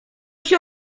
się